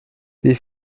wie